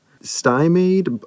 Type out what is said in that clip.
Stymied